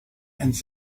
and